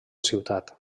ciutat